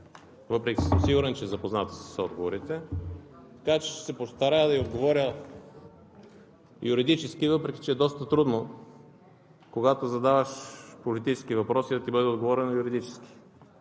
въпреки че съм сигурен, че е запозната с отговорите. Така че ще се постарая да ѝ отговоря юридически, въпреки че е доста трудно, когато задаваш политически въпроси, да ти бъде отговорено юридически.